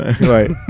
right